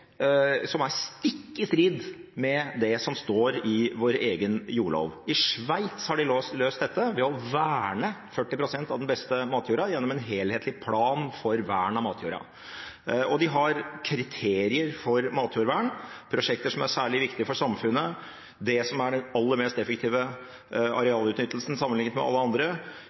som er stikk i strid med det som står i vår egen jordlov. I Sveits har de løst dette ved å verne 40 pst. av den beste matjorda gjennom en helhetlig plan for vern av matjorda. De har kriterier for matjordvern i prosjekter som er særlig viktige for samfunnet: den aller mest effektive